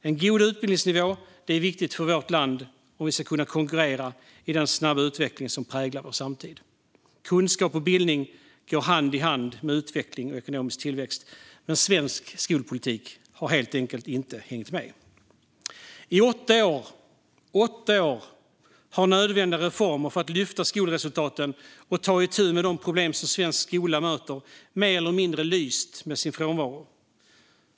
En god utbildningsnivå är viktig för vårt land om vi ska kunna konkurrera i den snabba utveckling som präglar vår samtid. Kunskap och bildning går hand i hand med utveckling och ekonomisk tillväxt. Men svensk skolpolitik har helt enkelt inte hängt med. I åtta år har nödvändiga reformer för att lyfta skolresultaten och ta itu med de problem som svensk skola möter mer eller mindre lyst med sin frånvaro.